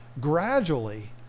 gradually